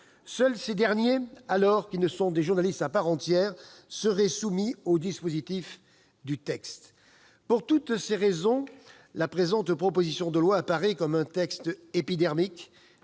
Seuls ces derniers, alors qu'ils sont des journalistes à part entière, seraient soumis au dispositif prévu par le texte. Pour toutes ces raisons, la présente proposition de loi apparaît comme un texte épidermique,